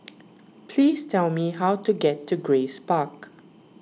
please tell me how to get to Grace Park